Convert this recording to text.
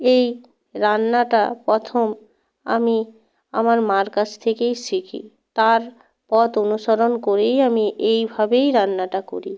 এই রান্নাটা প্রথম আমি আমার মার কাছ থেকেই শিখি তার পথ অনুসরণ করেই আমি এইভাবেই রান্নাটা করি